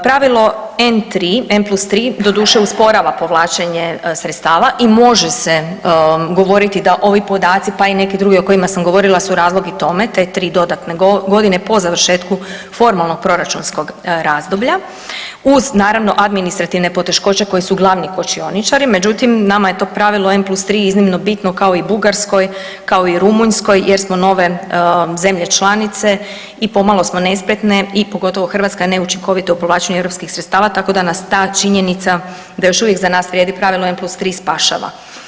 Pravilo N+3, doduše usporava povlačenje sredstava i može se govoriti da ovi podaci pa i neki drugi o kojima sam govorila su razlog i tome, te 3 dodatne godine po završetku formalnog proračunskog razdoblja uz naravno administrativne poteškoće koje su glavni kočioničari, međutim nama je to pravilo N+3 iznimno bitno kao i Bugarskoj, kao i Rumunjskoj jer smo nove zemlje članice i pomalo smo nespretne i pogotovo Hrvatska je neučinkovita u povlačenju europskih sredstava, tako da nas ta činjenica da još uvijek za nas vrijedi pravilo N+3 spašava.